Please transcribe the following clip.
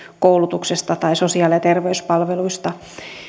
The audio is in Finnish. koulutuksesta tai sosiaali ja terveyspalveluista